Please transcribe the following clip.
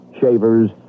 shavers